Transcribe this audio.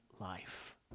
life